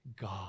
God